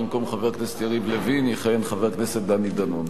במקום חבר הכנסת יריב לוין יכהן חבר הכנסת דני דנון.